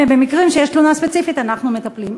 במקרים שיש תלונה ספציפית אנחנו מטפלים.